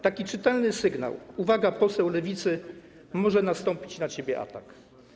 Taki czytelny sygnał: uwaga, poseł Lewicy, może nastąpić na ciebie atak.